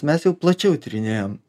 mes jau plačiau tyrinėjom